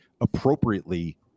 appropriately